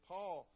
Paul